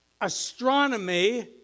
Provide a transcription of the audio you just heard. Astronomy